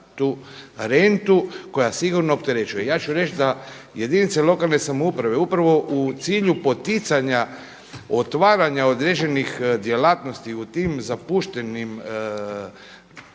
tu rentu koja sigurno opterećuje. Ja ću reći da jedinice lokalne samouprave upravo u cilju poticanja otvaranja određenih djelatnosti u tim zapuštenim